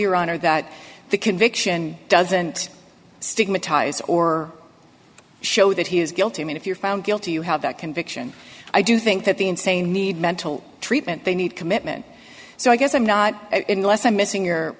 honor that the conviction doesn't stigmatize or show that he is guilty i mean if you're found guilty you have that conviction i do think that the insane need mental treatment they need commitment so i guess i'm not in the last i'm missing your